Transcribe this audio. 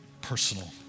personal